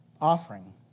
offering